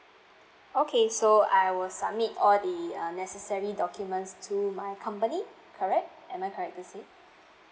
okay so I will submit all the uh necessary documents to my company correct am I correct to say